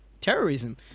terrorism